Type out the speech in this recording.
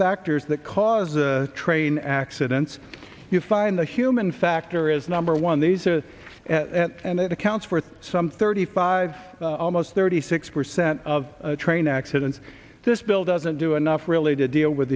factors that cause the train accidents you find the human factor is number one these are and it accounts for some thirty five almost thirty six percent of train accidents this bill doesn't do enough really to deal with